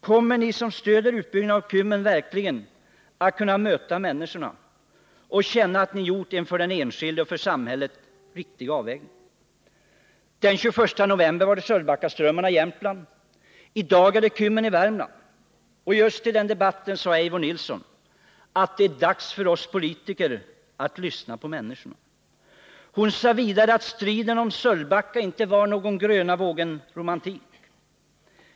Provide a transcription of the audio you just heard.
Kommer ni som stöder utbyggnaden av Kymmen verkligen att kunna möta människorna och känna att ni gjort en för den enskilde och för samhället riktig avvägning? Den 21 november var det Sölvbackaströmmarna i Jämtland. I dag är det Kymmeni Värmland. Just i den debatten sade Eivor Nilson att det är dags för oss politiker att lyssna på människorna. Hon sa vidare, att striden om Sölvbacka inte var någon gröna-vågen-romantik.